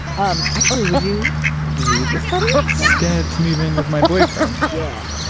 um actually, would you read this letter? scared to move in with my boyfriend? yeah,